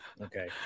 Okay